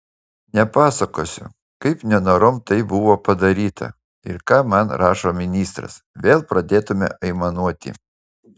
nepasakosiu kaip nenorom tai buvo padaryta ir ką man rašo ministras vėl pradėtumėte aimanuoti